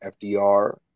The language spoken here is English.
FDR